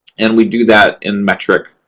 and we do that in metric,